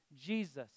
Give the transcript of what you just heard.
Jesus